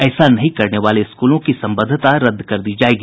ऐसा नहीं करने वाले स्कूलों की संबद्धता रद्द कर दी जायेगी